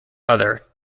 other